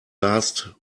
last